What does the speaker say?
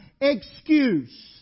excuse